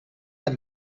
are